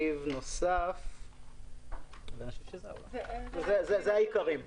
זה העיקרים.